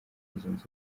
zunze